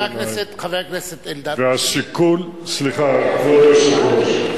חבר הכנסת אלדד, סליחה, כבוד היושב-ראש.